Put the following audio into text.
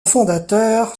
fondateur